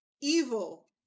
Evil